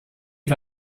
est